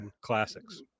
classics